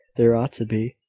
there ought to be,